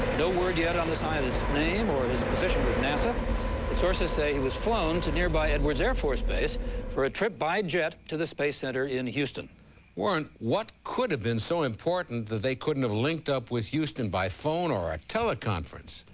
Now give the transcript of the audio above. no word yet on the scientist's name or nasa but sources say he was flown to nearby edwards air force base for a trip by jet to the space center in houston what could have been so important that they couldn't he linked up with houston by phone or a teleconference?